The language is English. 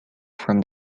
from